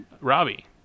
robbie